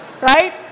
right